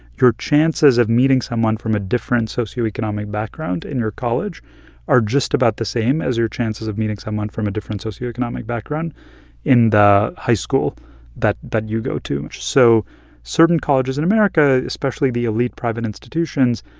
your chances of meeting someone from a different socio-economic background in your college are just about the same as your chances of meeting someone from a different socio-economic background in the high school that that you go to. so certain colleges in america, especially the elite, private institutions,